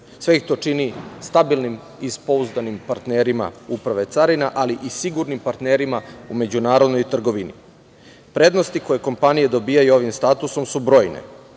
Sve ih to čini stabilnim i pouzdanim partnerima Uprave carina, ali i sigurnim partnerima u međunarodnoj trgovini. Prednosti koje kompanije dobijaju ovim statusom su brojne: